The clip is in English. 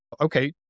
okay